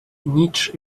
ніч